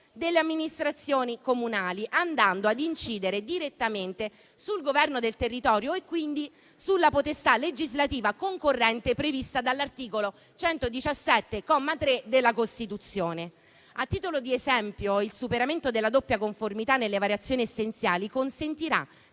delle amministrazioni comunali, andando ad incidere direttamente sul governo del territorio e quindi sulla potestà legislativa concorrente prevista dall'articolo 117, comma 3, della Costituzione. A titolo di esempio, il superamento della doppia conformità nelle variazioni essenziali consentirà